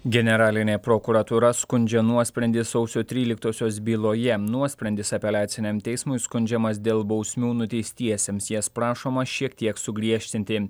generalinė prokuratūra skundžia nuosprendį sausio tryliktosios byloje nuosprendis apeliaciniam teismui skundžiamas dėl bausmių nuteistiesiems jas prašoma šiek tiek sugriežtinti